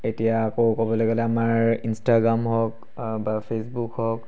এতিয়া আকৌ ক'বলৈ গ'লে আমাৰ ইনষ্টাগ্ৰাম হওক বা ফেইচবুক হওক